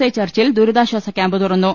I ചർച്ചിൽ ദുരിതാ ശ്വാസക്യാമ്പ് തുറന്നു